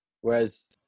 Whereas